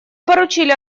поручили